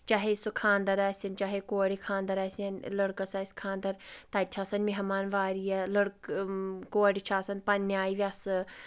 چاہے سُہ خانٛدر ٲسِنۍ چاہے کورِ خانٛدر ٲسِنۍ لَڑکَس آسہِ خانٛدر تَتہِ چھِ آسان میہمان واریاہ لڑکہٕ کورِ چھِ آسان پَنٕنہِ آیہِ ویسہٕ